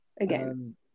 again